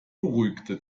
beruhigte